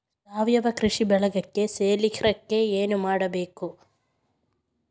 ಸಾವಯವ ಕೃಷಿ ಬಳಗಕ್ಕೆ ಸೇರ್ಲಿಕ್ಕೆ ಏನು ಮಾಡ್ಬೇಕು?